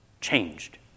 changed